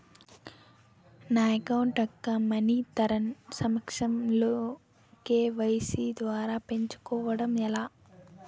నా అకౌంట్ యెక్క మనీ తరణ్ సాంక్షన్ లు కే.వై.సీ ద్వారా పెంచుకోవడం ఎలా?